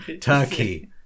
Turkey